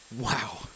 wow